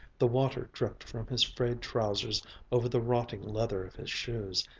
the water dripped from his frayed trousers over the rotting leather of his shoes.